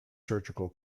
surgical